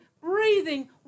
breathing